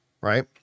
right